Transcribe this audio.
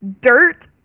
dirt